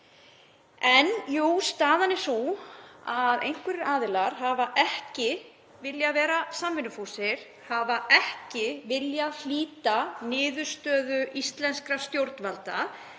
En jú, staðan er sú að einhverjir aðilar hafa ekki viljað vera samvinnufúsir og hafa ekki viljað hlíta niðurstöðu íslenskra stjórnvalda,